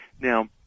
Now